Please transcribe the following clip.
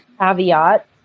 caveat